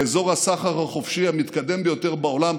מאזור הסחר החופשי המתקדם ביותר בעולם,